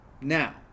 now